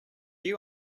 you